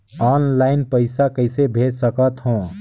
Online पइसा कइसे भेज सकत हो?